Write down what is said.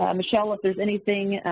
um michelle, if there's anything,